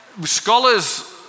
scholars